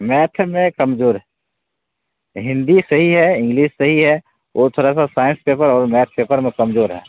math में कमजोर है हिन्दी सही है इंग्लिस सही है ओ थोड़ा सा साइंस पेपर और मैथ पेपर में कमजोर है